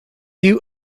you